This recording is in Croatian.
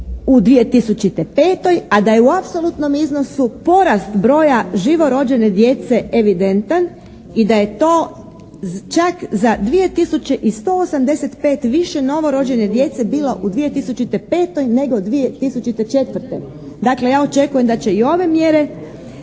u 2005. a da je u apsolutnom iznosu porast broja živorođene djece evidentan i da je to čak za 2 tisuće i 185 više novorođene djece bilo u 2005. nego 2004. Dakle ja očekujem da će i ove mjere